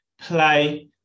play